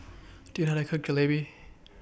Do YOU How to Cook Jalebi